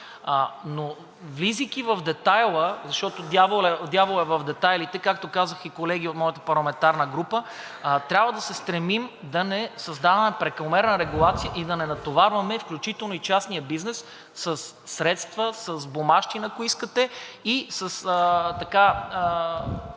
Но влизайки в детайла, защото дяволът е в детайлите, както казаха и колеги от моята парламентарна група, трябва да се стремим да не създаваме прекомерна регулация и да не натоварваме, включително и частния бизнес, със средства, с бумащина, ако искате, и със